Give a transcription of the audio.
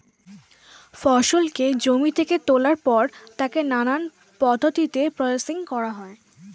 ফসলকে জমি থেকে তোলার পর তাকে নানান পদ্ধতিতে প্রসেসিং করা হয়